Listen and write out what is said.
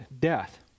death